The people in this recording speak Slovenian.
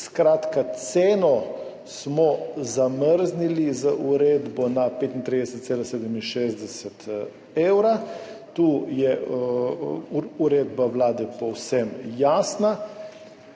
Skratka, ceno smo zamrznili z uredbo na 35,67 evra. Tu je uredba Vlade povsem jasna.